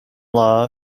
law